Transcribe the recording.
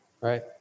right